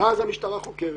ואז המשטרה חוקרת,